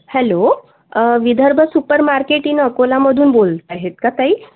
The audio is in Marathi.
hello Vidarbha super market in अकोलामधून बोलत आहेत का ताई